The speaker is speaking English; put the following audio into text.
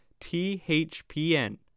THPN